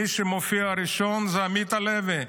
מי שמופיע ראשון זה עמית הלוי,